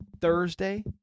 Thursday